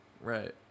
Right